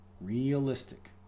Realistic